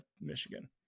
Michigan